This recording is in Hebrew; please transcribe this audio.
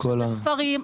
יש ספרים,